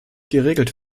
geregelt